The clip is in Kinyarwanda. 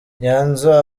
nyanza